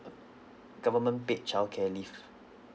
uh government paid childcare leave